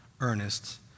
earnest